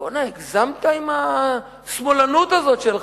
בוא'נה, הגזמת עם השמאלנות הזאת שלך.